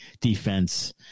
defense